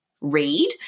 read